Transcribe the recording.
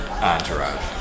Entourage